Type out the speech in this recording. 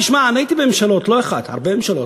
תשמע, הייתי בממשלות, לא אחת, הרבה ממשלות,